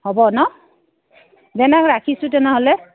হ'ব ন ৰাখিছোঁ তেনেহ'লে